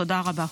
תודה רבה.